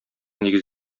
нигез